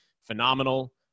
Phenomenal